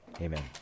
Amen